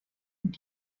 und